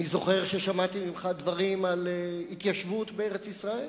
אני זוכר ששמעתי ממך דברים על התיישבות בארץ-ישראל